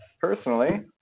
personally